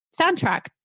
soundtrack